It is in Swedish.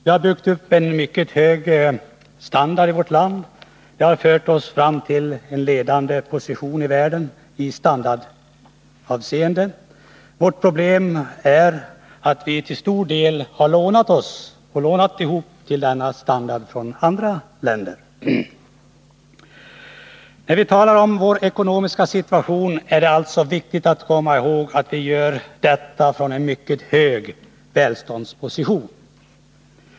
Vi har byggt upp en mycket hög standard i vårt land. Det har fört oss fram till en ledande position i världen i standardavseende. Vårt problem är att vi till stor del har lånat ihop till denna standard från andra länder. När vi talar om vår ekonomiska situation är det alltså viktigt att komma ihåg att vi gör detta från en mycket hög välståndsposition.